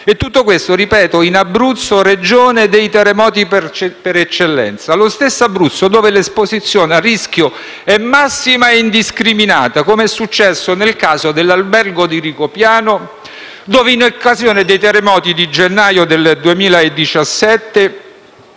Tutto questo - lo ripeto - in Abruzzo, Regione dei terremoti per eccellenza; lo stesso Abruzzo dove l'esposizione a rischio è massima e indiscriminata, come è successo nel caso dell'albergo di Rigopiano, dove, in occasione dei terremoti di gennaio del 2017